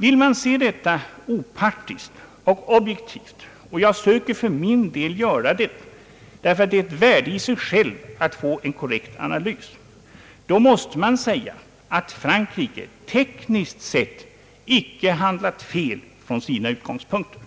Vill man se detta opartiskt och objektivt — jag söker för min del göra det därför att det är ett värde i sig självt att få en korrekt analys — måste man säga att Frankrike tekniskt sett icke handlat fel från sina utgångspunkter.